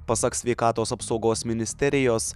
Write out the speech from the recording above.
pasak sveikatos apsaugos ministerijos